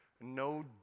no